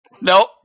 Nope